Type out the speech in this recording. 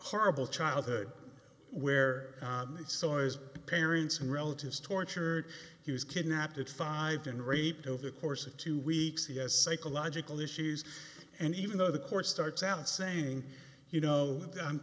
horrible childhood where so as parents and relatives tortured he was kidnapped at five and raped over the course of two weeks he has psychological issues and even though the court starts out saying you know